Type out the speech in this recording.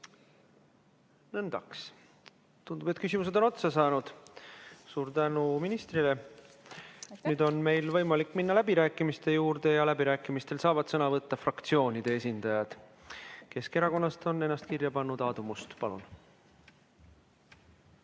Nõndaks. Tundub, et küsimused on otsa saanud. Suur tänu ministrile! Nüüd on meil võimalik minna läbirääkimiste juurde, läbirääkimistel saavad sõna võtta fraktsioonide esindajad. Keskerakonnast on ennast kirja pannud Aadu Must. Palun!